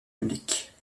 publiques